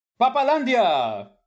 Papalandia